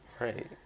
right